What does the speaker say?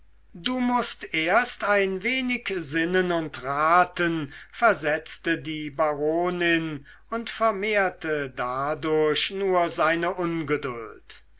du mußt erst ein wenig sinnen und raten versetzte die baronin und vermehrte dadurch seine ungeduld